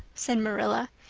said marilla.